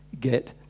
get